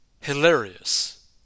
hilarious